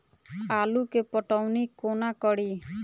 आलु केँ पटौनी कोना कड़ी?